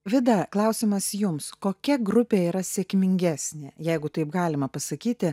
vida klausimas jums kokia grupė yra sėkmingesnė jeigu taip galima pasakyti